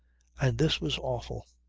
and this was awful.